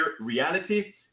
reality